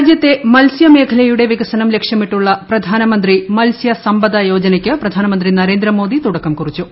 രാജ്യത്തെ മത്സൃമേഖലയുടെ വികസനം പ്രധാനമന്ത്രി മത്സ്യ സമ്പദ യോജനയ്ക്ക് പ്രധാനമന്ത്രി നരേന്ദ്ര മോദി തുടക്കം കുറിച്ചു